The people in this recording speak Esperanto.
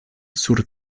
sur